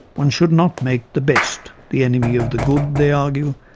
one should not make the best the enemy of the good, they argue,